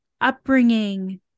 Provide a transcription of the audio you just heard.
upbringing